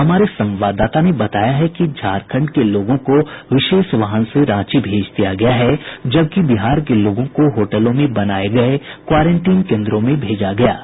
हमारे संवाददाता ने बताया है कि झारखंड के लोगों को विशेष वाहन से रांची भेज दिया गया है जबकि बिहार के लोगों को होटलों में बनाये गये क्वारेंटीन केन्द्रों में भेजा गया है